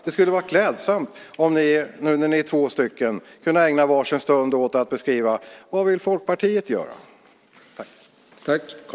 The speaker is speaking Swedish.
Det skulle vara klädsamt om ni, när ni nu är två stycken, kunde ägna varsin stund åt att beskriva vad Folkpartiet vill göra.